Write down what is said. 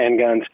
handguns